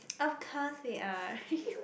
of course they are